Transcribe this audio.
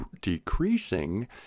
decreasing